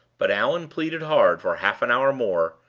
but allan pleaded hard for half an hour more,